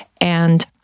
And-